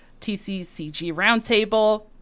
tccgroundtable